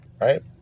right